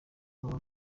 baba